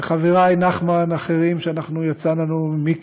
וחברי נחמן ואחרים, מיקי,